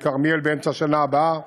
כרמיאל, באמצע השנה הבאה.